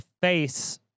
face